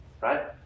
right